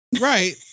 Right